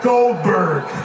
Goldberg